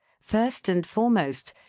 first and foremost,